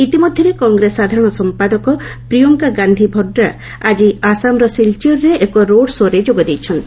ଇତିମଧ୍ୟରେ କଂଗ୍ରେସ ସାଧାରଣ ସମ୍ପାଦକ ପ୍ରିୟଙ୍କା ଗାନ୍ଧି ଭାଡ୍ରା ଆଜି ଆସାମର ସିଲ୍ଚର୍ରେ ଏକ ରୋଡ୍ ଶୋ'ରେ ଯୋଗ ଦେଇଛନ୍ତି